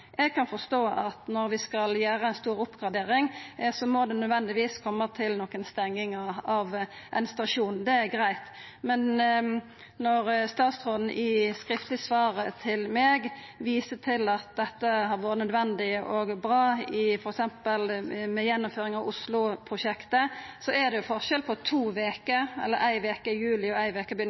Eg kan forstå at når vi skal gjera ei stor oppgradering, må det nødvendigvis koma til nokre stengingar av ein stasjon. Det er greitt. Men når statsråden i skriftleg svar til meg viser til at dette har vore nødvendig og bra f.eks. i gjennomføring av Oslo-prosjektet, er det jo forskjell på to veker – éi veke i juli og éi veke